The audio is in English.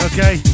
Okay